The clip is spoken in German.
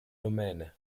domäne